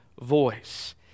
voice